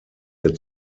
ihr